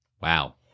Wow